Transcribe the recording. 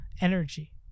energy